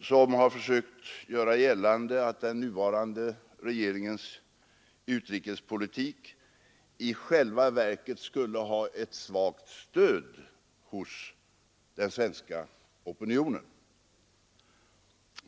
som har försökt göra gällande att den nuvarande regeringens utrikespolitik i själva verket skulle ha ett svagt stöd hos den svenska opinionen.